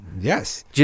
Yes